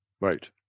Right